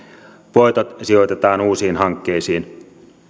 voitot sijoitetaan uusiin hankkeisiin